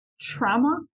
trauma